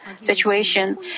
situation